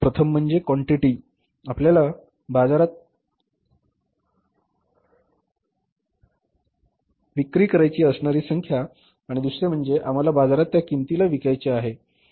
प्रथम म्हणजे क्वांटिटी म्हणा आपल्याला बाजारात विक्री करायची असणारी संख्या आणि दुसरे म्हणजे आम्हाला बाजारात ज्या किंमतीला विकायचे आहे